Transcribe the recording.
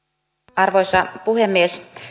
arvoisa puhemies